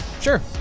Sure